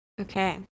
Okay